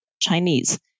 Chinese